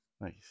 Nice